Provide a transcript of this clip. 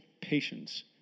patience